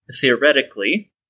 Theoretically